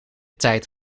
tijd